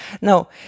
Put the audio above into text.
no